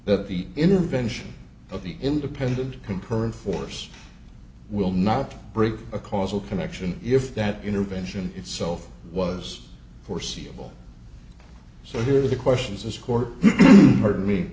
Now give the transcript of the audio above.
that the intervention of the independent concurrent force will not break a causal connection if that intervention itself was foreseeable so here are the questions this court heard me